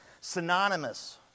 synonymous